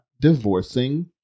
divorcing